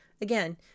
again